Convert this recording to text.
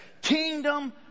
Kingdom